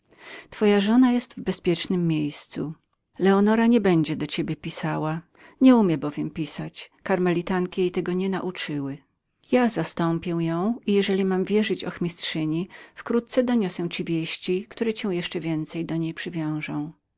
twoja żona jest w bezpiecznem miejscu leonora nie będzie do ciebie pisała nie umie bowiem pisać karmelitki ją tego nie nauczyły ja zastąpię ją i jeżeli mam wierzyć ochmistrzyni wkrótce doniosę ci wieści które cię jeszcze więcej do niej przywiążą